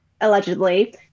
Allegedly